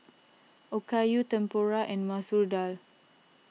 Okayu Tempura and Masoor Dal